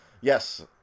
Yes